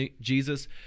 Jesus